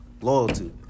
Loyalty